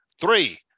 three